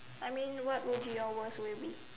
I mean what would be your worst way